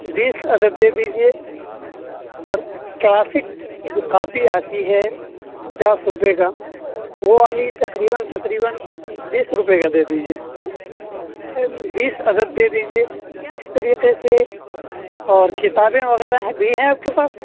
بیس عدد دے دیجیے اور کلاسک کی جو کاپی آتی ہے پچاس روپئے کا وہ والی تقریباً تقریباً بیس روپئے کا دے دیجیے بیس عدد دے دیجیے اس طریقے سے اور کتابیں وغیرہ ہیں بھی ہیں آپ کے پاس